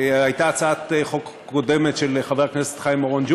הייתה הצעת חוק קודמת של חבר הכנסת חיים אורון,